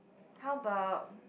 how about